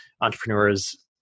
entrepreneurs